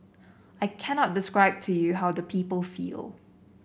I cannot describe to you how the people feel